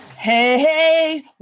Hey